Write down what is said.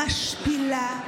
משפילה,